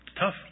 tough